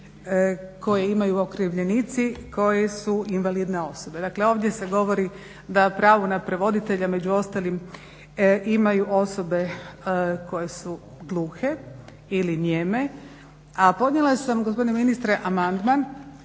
koje imaju okrivljenici koji su invalidne osobe. Dakle ovdje se govori da pravo na prevoditelja među ostalim imaju osobe koje su gluhe ili nijeme, a podnijela sam gospodine ministre amandman